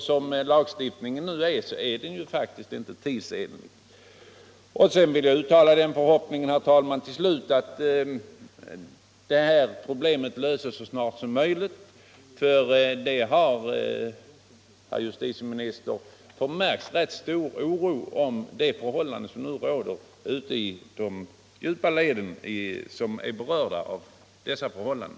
Som lagstiftningen nu är utformad är den faktiskt inte tidsenlig. Och jag vill till slut, herr talman, uttala även den förhoppningen att dessa problem skall kunna lösas så snart som möjligt. Det har nämligen, herr justitieminister, förmärkts rätt stor oro bland dem som är berörda av dessa förhållanden.